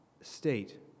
state